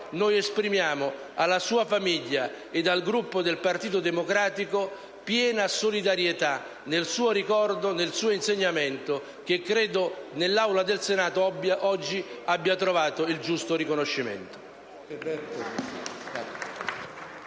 esprimiamo alla sua famiglia ed al Gruppo del Partito Democratico piena solidarietà nel suo ricordo, nel suo insegnamento, che credo abbia trovato oggi nell'Aula del Senato il giusto riconoscimento.